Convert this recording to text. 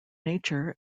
nature